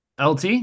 LT